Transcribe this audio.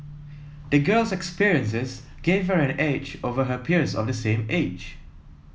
the girl's experiences gave her an edge over her peers of the same age